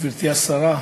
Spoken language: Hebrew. גברתי השרה,